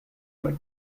but